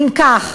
אם כך,